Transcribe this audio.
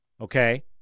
okay